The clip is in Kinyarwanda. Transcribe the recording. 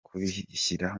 kubishyira